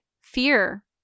fear